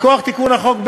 מכוח תיקון החוק,